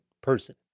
person